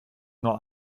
nur